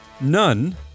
None